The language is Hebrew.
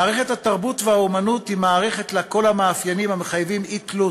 מערכת התרבות והאמנות היא מערכת אשר לה כל המאפיינים המחייבים אי-תלות.